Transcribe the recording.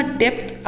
depth